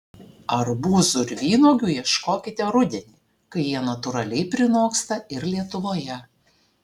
arbūzų ir vynuogių ieškokite rudenį kai jie natūraliai prinoksta ir lietuvoje